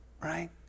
Right